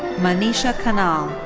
manisha khanal.